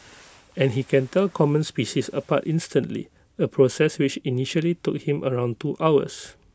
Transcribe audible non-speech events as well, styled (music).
(noise) and he can tell common species apart instantly A process which initially took him around two hours